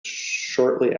shortly